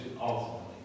ultimately